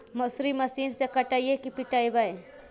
मसुरी मशिन से कटइयै कि पिटबै?